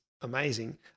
amazing